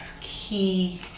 key